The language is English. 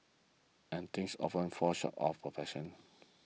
and things often fall short of perfection